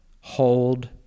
hold